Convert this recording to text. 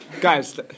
Guys